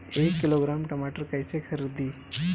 एक किलोग्राम टमाटर कैसे खरदी?